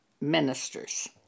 ministers